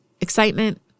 excitement